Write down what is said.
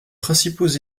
principaux